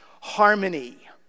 harmony